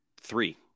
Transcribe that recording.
three